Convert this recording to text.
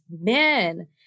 men